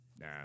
nah